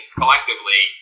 collectively